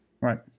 Right